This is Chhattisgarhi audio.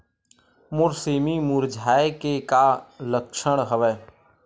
मोर सेमी मुरझाये के का लक्षण हवय?